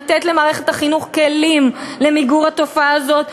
לתת למערכת החינוך כלים למיגור התופעה הזאת,